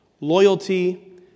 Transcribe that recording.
loyalty